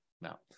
now